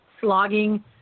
slogging